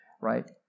right